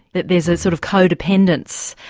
that there's a sort of co-dependence.